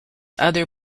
other